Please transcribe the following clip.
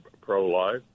pro-life